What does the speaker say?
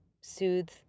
soothe